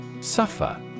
Suffer